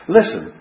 Listen